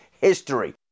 history